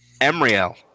Emriel